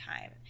time